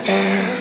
air